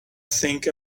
think